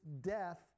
death